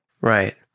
Right